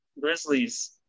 Grizzlies